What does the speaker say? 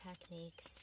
techniques